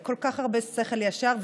כל כך הרבה שכל ישר,